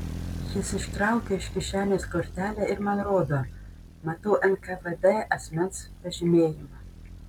jis ištraukė iš kišenės kortelę ir man rodo matau nkvd asmens pažymėjimą